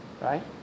right